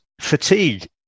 fatigue